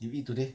you eat today